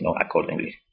accordingly